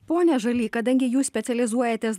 pone žaly kadangi jūs specializuojatės